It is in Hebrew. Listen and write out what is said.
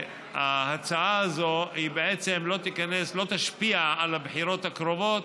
שההצעה הזו לא תשפיע על הבחירות הקרובות,